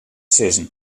sizzen